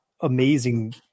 amazing